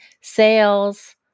sales